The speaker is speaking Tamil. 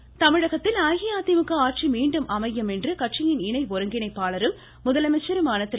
பழனிசாமி தமிழகத்தில் அஇஅதிமுக ஆட்சி மீண்டும் அமையும் என்று கட்சியின் இணை ஒருங்கிணைப்பாளரும் முதலமைச்சருமான திரு